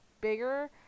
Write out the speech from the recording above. bigger